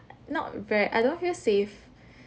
not ver~ I don't feel safe